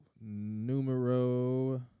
numero